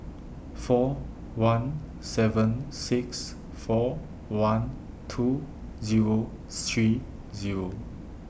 four one seven six four one two Zero three Zero